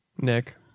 Nick